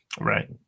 Right